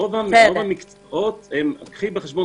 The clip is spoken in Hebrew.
קחי בחשבון,